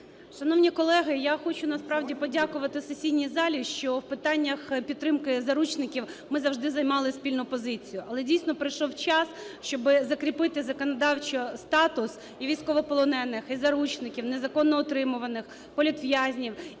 Шановні колеги! Я хочу, насправді, подякувати сесійній залі, що в питаннях підтримки заручників ми завжди займали спільну позицію. Але, дійсно, прийшов час, щоби закріпити законодавчо статус і військовополонених, і заручників, незаконно утримуваних, політв'язнів,